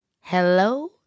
Hello